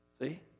See